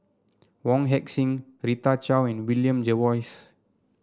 Wong Heck Sing Rita Chao and William Jervois